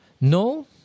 No